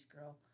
girl